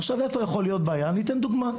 עכשיו איפה יכולה להיות בעיה, אני אתן דוגמא.